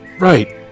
right